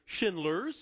Schindlers